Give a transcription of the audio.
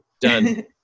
done